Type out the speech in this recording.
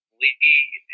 league